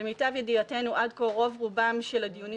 למיטב ידיעתנו עד כה רוב רובם של הדיונים